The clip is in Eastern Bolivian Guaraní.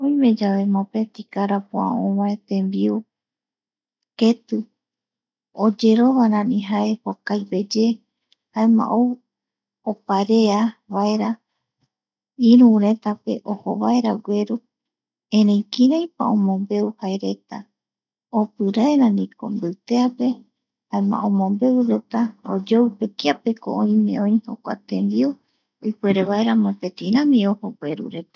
Oime yave mopeti karapoa ovae yave tembiu keti oyerovarai jae jokaipeye jaema ou opareavaera iruretape ojo vaera gueru erei kirai pa omombeu jaereta opirae rarïko mbiteape jaema omombeureta oyope, kiapeko oime oï jokua tembiu, ipuere vaera mopetirami ojo guerureta.